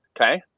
Okay